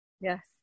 Yes